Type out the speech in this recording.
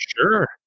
Sure